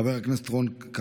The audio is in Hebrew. חבר הכנסת חמד עמאר,